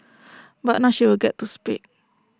but now she will get to speak